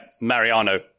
Mariano